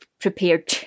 Prepared